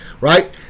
right